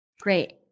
Great